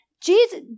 Jesus